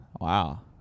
Wow